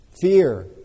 fear